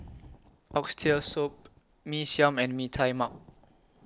Oxtail Soup Mee Siam and Mee Tai Mak